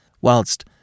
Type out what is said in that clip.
whilst